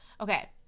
Okay